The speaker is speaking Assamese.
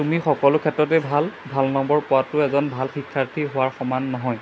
তুমি সকলো ক্ষেত্ৰতেই ভাল ভাল নম্বৰ পোৱাটো এজন ভাল শিক্ষাৰ্থী হোৱাৰ সমান নহয়